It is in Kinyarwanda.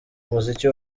muziki